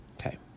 Okay